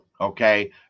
Okay